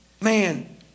Man